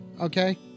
Okay